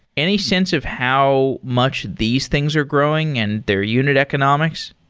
any sense of how much these things are growing and their unit economics?